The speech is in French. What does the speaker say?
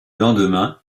lendemain